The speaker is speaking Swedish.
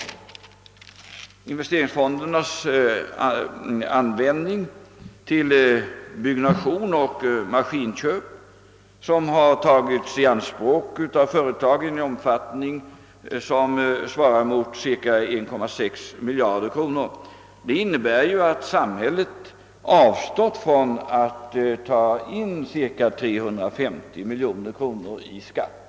Tillståndet att använda investeringsfonderna till byggenskap och maskinköp, vilket utnyttjas av företagen till ett sammanlagt belopp av 1,6 miljard kronor, innebär att samhället avstått från att ta in cirka 350 miljoner kronor i skatt.